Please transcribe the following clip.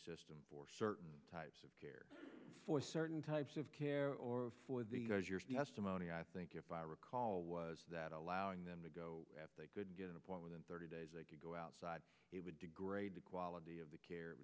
system for certain types of care for certain types of care or for the amount i think if i recall was that allowing them to go after they could get an appointment in thirty days i could go outside it would degrade the quality of the care